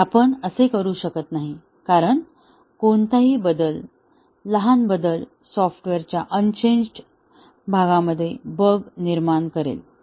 नाही आपण असे करू शकत नाही कारण कोणताही बदल लहान बदल सॉफ्टवेअरच्या अनचेंज्ड भागामध्ये बग निर्माण करेल